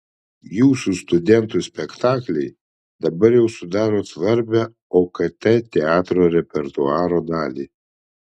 jūsų studentų spektakliai dabar jau sudaro svarbią okt teatro repertuaro dalį